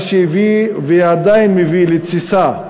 מה שהביא, ועדיין מביא, לתסיסה,